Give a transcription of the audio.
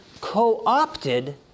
co-opted